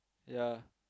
ya